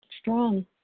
strong